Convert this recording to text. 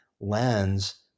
lens